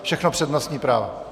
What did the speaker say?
Všechno přednostní práva.